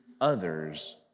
others